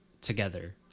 together